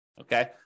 okay